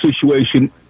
situation